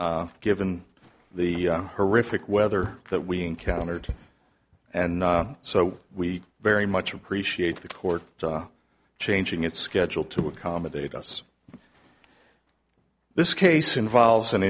given the horrific weather that we encountered and so we very much appreciate the court changing its schedule to accommodate us this case involves an